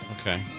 Okay